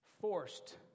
forced